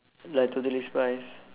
like totally spies